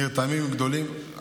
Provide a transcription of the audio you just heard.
נרתמים גדולים.